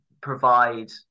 provide